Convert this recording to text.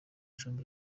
cumbi